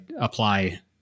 apply